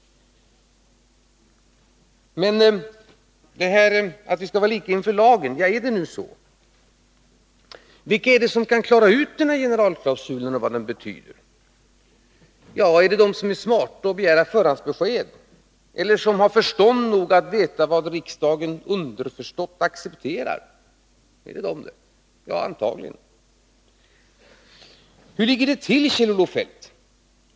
När det gäller att vara lika inför lagen vill jag veta hur det verkligen förhåller sig. Vilka kan klara ut det här med generalklausulen och dess betydelse? Är det de som är smarta, som begär förhandsbesked eller som har förstånd nog att veta vad riksdagen underförstått accepterar? Antagligen. Hur ligger det till, Kjell-Olof Feldt?